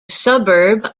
suburb